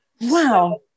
Wow